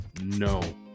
no